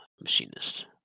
machinist